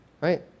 right